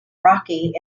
rocky